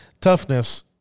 toughness